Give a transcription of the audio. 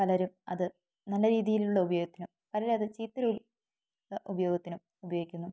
പലരും അത് നല്ല രീതിയിലുള്ള ഉപയോഗത്തിനും പലരും അത് ചീത്തരീതി ഉപയോഗത്തിനും ഉപയോഗിക്കുന്നു